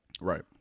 Right